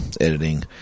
Editing